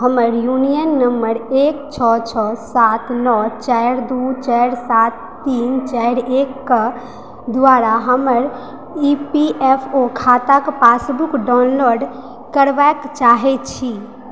हमर U N number एक छओ छओ सात नओ चारि दू चारि सात तीन चारि एकके द्वारा हमर ई पी एफ ओ खाताके पासबुक डाउनलोड करऽ चाहै छी